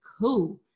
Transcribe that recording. cool